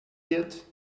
yet